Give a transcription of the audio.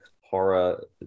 horror